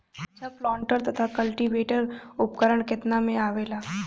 अच्छा प्लांटर तथा क्लटीवेटर उपकरण केतना में आवेला?